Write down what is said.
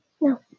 No